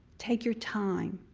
take your time.